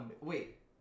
Wait